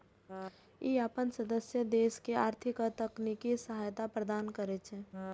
ई अपन सदस्य देश के आर्थिक आ तकनीकी सहायता प्रदान करै छै